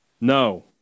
No